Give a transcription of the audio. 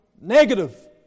negative